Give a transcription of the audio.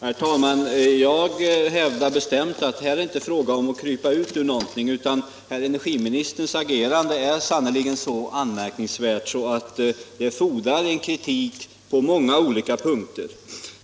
Herr talman! Jag hävdar bestämt att här är det inte fråga om att krypa ut ur någonting. Energiministerns agerande är sannerligen så anmärkningsvärt att det fordrar kritik på många punkter.